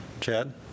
Chad